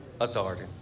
Authority